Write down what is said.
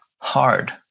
hard